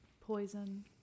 poison